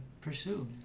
pursue